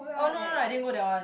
oh no no no I didn't go that one